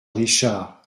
richard